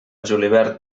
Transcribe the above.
julivert